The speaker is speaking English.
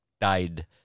died